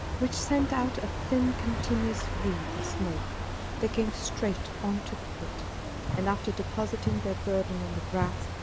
which sent out a thin continuous wreath of smoke they came straight on to the pit and after depositing their burden on the grass,